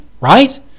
right